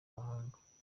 mahanga